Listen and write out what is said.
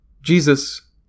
Jesus